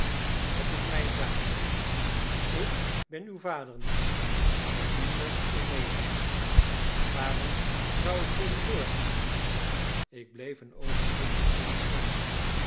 dat is mijn zaak niet ik ben uw vader niet nog minder uw meester waarom zou ik voor u zorgen ik bleef een oogenblik verstomd staan